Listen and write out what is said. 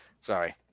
sorry